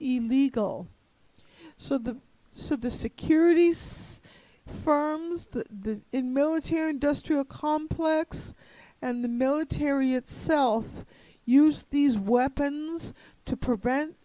even legal so the so the securities firms the in military industrial complex and the military itself use these weapons to prevent